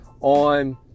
on